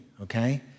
okay